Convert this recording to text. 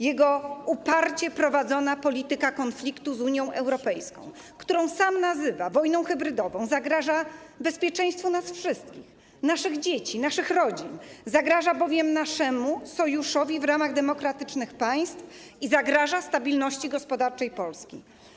Jego uparcie prowadzona polityka konfliktu z Unią Europejską, którą sam nazywa wojną hybrydową, zagraża bezpieczeństwu nas wszystkich, naszych dzieci, naszych rodzin, zagraża bowiem naszemu sojuszowi w ramach demokratycznych państw i zagraża stabilności gospodarczej Polski.